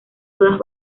todas